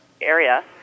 area